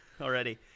already